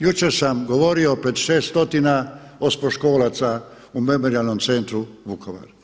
Jučer sam govorio pred 600 osmoškolaca u Memorijalnom centru Vukovar.